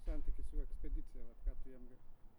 santykis su ekspedicija vat ką tu jiem gali